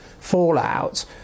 fallout